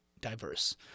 diverse